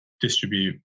distribute